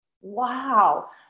Wow